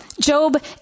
Job